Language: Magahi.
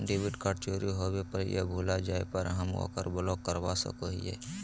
डेबिट कार्ड चोरी होवे या भुला जाय पर हम ओकरा ब्लॉक करवा सको हियै